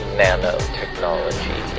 nanotechnology